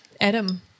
Adam